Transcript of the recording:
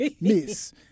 Miss